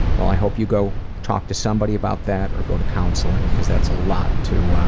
well, i hope you go talk to somebody about that or go to counseling, because that's a lot to